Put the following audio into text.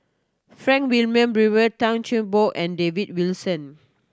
Frank Wilmin Brewer Tan Cheng Bock and David Wilson